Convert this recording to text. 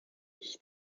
mich